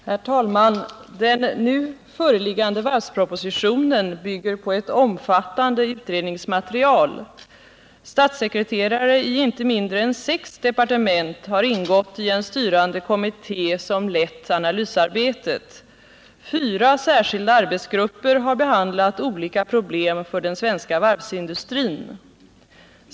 Herr talman! Den nu föreliggande varvspropositionen bygger på ett omfattande utredningsmaterial. Statssekreterare i inte mindre än sex departement har ingått i en styrande kommitté som lett analysarbetet. Fyra särskilda arbetsgrupper har behandlat olika problem för den svenska varvsindustrin.